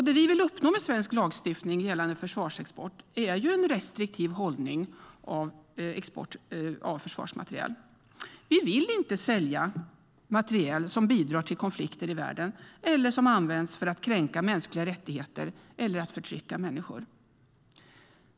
Det vi vill uppnå med svensk lagstiftning gällande försvarsexport är ju en restriktiv hållning till export av försvarsmateriel. Vi vill inte sälja materiel som bidrar till konflikter i världen eller används för att kränka mänskliga rättigheter eller förtrycka människor.